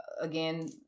again